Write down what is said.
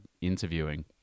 interviewing